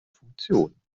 funktionen